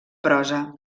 prosa